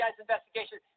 investigation